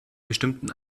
bestimmten